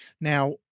Now